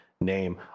name